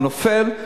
הוא נופל,